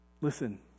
Listen